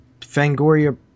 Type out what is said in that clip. Fangoria